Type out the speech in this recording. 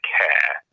care